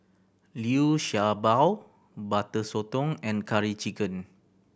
Liu Sha Bao Butter Sotong and Curry Chicken